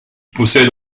possède